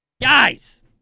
guys